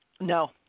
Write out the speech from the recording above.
No